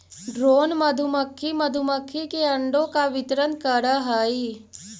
drone मधुमक्खी मधुमक्खी के अंडों का वितरण करअ हई